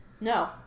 No